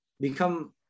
become